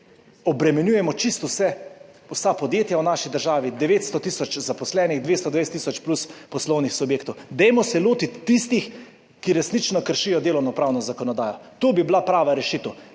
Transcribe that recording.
obremenjujemo čisto vse, vsa podjetja v naši državi, 900.000 zaposlenih, 220.000 plus poslovnih subjektov. Dajmo se lotiti tistih, ki resnično kršijo delovnopravno zakonodajo. To bi bila prava rešitev.